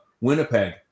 Winnipeg